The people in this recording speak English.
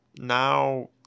now